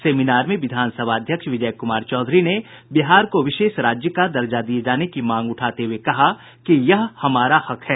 seminar में विधानसभा अध्यक्ष विजय कुमार चौधरी ने बिहार को विशेष राज्य का दर्जा दिये जाने की मांग उठाते हुए कहा कि यह हमारा हक है